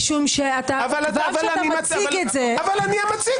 כבר כשאתה מציג את זה --- אבל אני המציג.